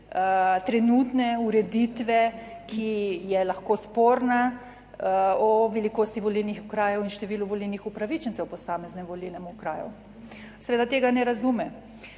trenutne ureditve, ki je lahko sporna o velikosti volilnih okrajev in številu volilnih upravičencev v posameznem volilnem okraju, seveda tega ne razume.